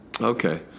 Okay